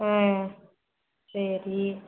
ஆ சரி